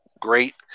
great